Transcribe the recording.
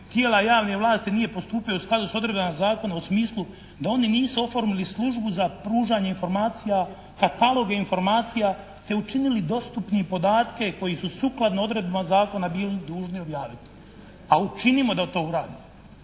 tijela javne vlasti nije postupio u skladu s odredbama zakona u smislu da oni nisu oformili službu za pružanje informacija, kataloge informacija te učinili dostupnim podatke koji su sukladno odredbama zakona bili dužni objaviti. Pa učinimo da to urade.